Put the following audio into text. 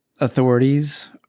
authorities